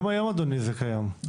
גם היום, אדוני, זה קיים.